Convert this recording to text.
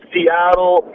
Seattle